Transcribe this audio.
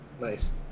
Nice